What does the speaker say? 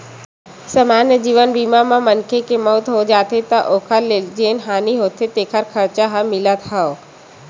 समान्य जीवन बीमा म मनखे के मउत हो जाथे त ओखर ले जेन हानि होथे तेखर खरचा ह मिलथ हव